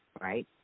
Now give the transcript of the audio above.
Right